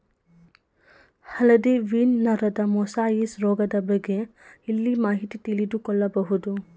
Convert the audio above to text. ಹಳದಿ ವೀನ್ ನರದ ಮೊಸಾಯಿಸ್ ರೋಗದ ಬಗ್ಗೆ ಎಲ್ಲಿ ಮಾಹಿತಿ ತಿಳಿದು ಕೊಳ್ಳಬಹುದು?